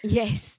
yes